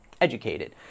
educated